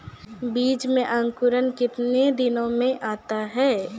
बीज मे अंकुरण कितने दिनों मे आता हैं?